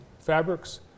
fabrics